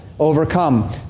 Overcome